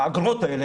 האגרות האלה,